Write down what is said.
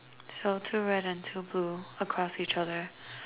so two red and two blue across each other